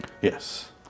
Yes